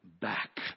back